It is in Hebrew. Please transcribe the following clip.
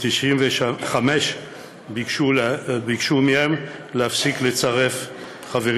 ב-1995 ביקשו מהן להפסיק לצרף חברים